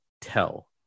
tell